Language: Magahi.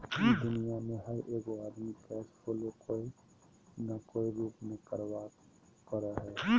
दुनिया में हर एगो आदमी कैश फ्लो कोय न कोय रूप में करबे करो हइ